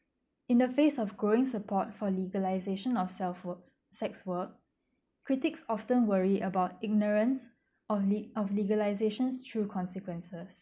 in the face of going support for legalisation of self works sex work critics often worry about ignorance on le~ of legalisations through consequences